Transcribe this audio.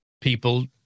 people